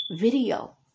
video